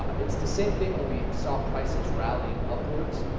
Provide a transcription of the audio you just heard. it's the same thing when we saw prices rallying upwards.